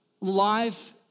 life